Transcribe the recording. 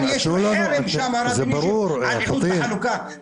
שהוא אכן עומד בראש ועדת משנה שתטפל